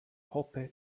hoppe